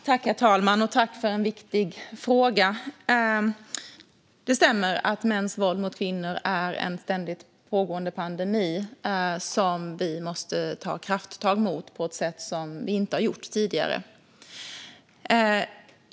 Herr talman! Jag tackar för en viktig fråga. Det stämmer att mäns våld mot kvinnor är en ständigt pågående pandemi som vi måste ta krafttag mot på ett sätt som vi inte har gjort tidigare.